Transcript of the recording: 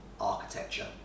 architecture